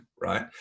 right